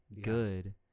good